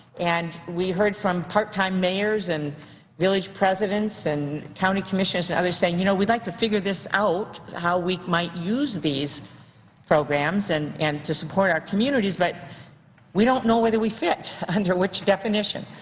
and we heard from part-time mayors and village presidents and county commissioners and others saying you know we'd like to figure this out, how we might use these programs and and to support our communities, but we don't know whether we fit under which definition.